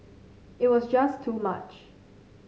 it was just too much